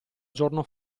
giorno